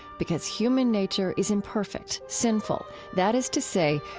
because human nature is imperfect, sinful. that is to say,